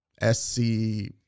S-C